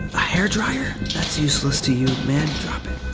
ah hair dryer. that's useless to you, man, drop it.